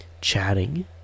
chatting